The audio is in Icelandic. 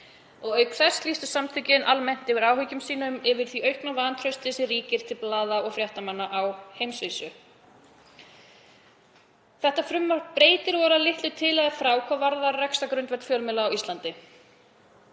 Auk þess lýstu samtökin almennt yfir áhyggjum sínum af því aukna vantrausti sem ríkir til blaða- og fréttamanna á heimsvísu. Þetta frumvarp breytir voðalega litlu til eða frá hvað varðar rekstrargrundvöll fjölmiðla á Íslandi.